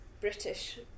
British